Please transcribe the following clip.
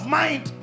mind